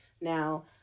now